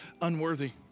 unworthy